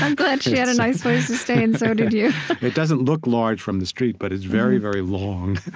um glad she had a nice place to stay, and so did you it doesn't look large from the street, but it's very, very long.